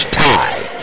tie